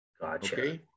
Gotcha